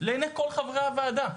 לעיני כל חברי הוועדה.